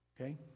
okay